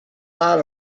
lot